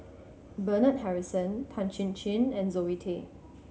Bernard Harrison Tan Chin Chin and Zoe Tay